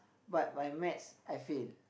but my maths I fail